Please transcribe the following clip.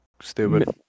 stupid